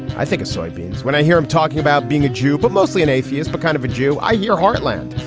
i think of soybeans when i hear him talking about being a jew, but mostly an atheist, but kind of a jew. i hear heartland.